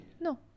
No